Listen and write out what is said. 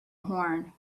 horn